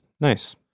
Nice